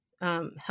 help